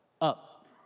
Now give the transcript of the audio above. up